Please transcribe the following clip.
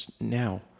now